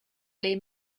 les